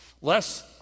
Less